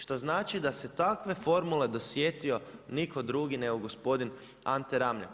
Što znači da se takve formule dosjetio nitko drugi nego gospodin Ante Ramljak.